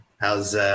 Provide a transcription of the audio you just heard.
how's